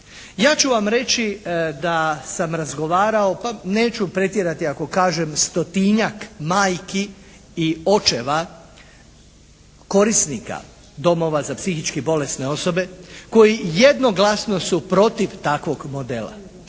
Ja ću vam reći da sam razgovarao, pa neću pretjerati ako kažem stotinjak majki i očeva korisnika domova za psihički bolesne osobe koji jednoglasno su protiv takvog modela.